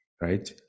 right